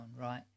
right